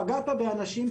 פגעת באנשים,